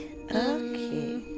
Okay